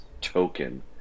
token